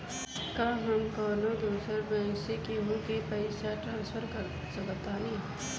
का हम कौनो दूसर बैंक से केहू के पैसा ट्रांसफर कर सकतानी?